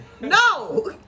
No